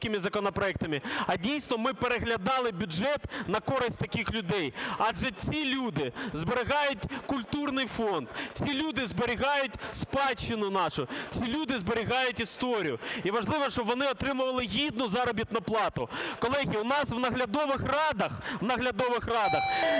а дійсно ми б переглядали бюджет на користь таких людей, адже ці люди зберігають культурний фонд. Ці люди зберігають спадщину нашу. Ці люди зберігають історію. І важливо, щоб вони отримували гідну заробітну плату. Колеги, у нас в наглядових радах люди,